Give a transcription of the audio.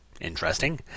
Interesting